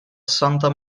santa